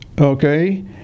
Okay